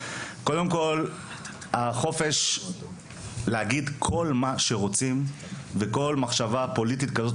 קודם כל החופש להגיד כל מה שרוצים וכל מחשבה פוליטית כזאת,